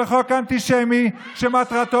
זה חוק אנטישמי, מה אנטישמי?